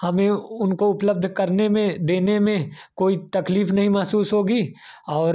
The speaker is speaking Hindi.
हमें उनको उपलब्ध करने में देने में कोई तकलीफ नहीं महसूस होगी और